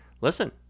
listen